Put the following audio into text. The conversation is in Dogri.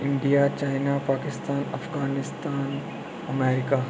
India China Pakistan Afghanistan America